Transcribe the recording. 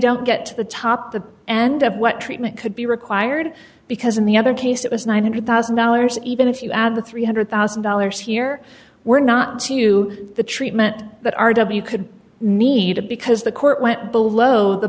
don't get to the top the and up what treatment could be required because in the other case it was nine hundred thousand dollars even if you add the three hundred thousand dollars here we're not to the treatment that r w could need to because the court went below the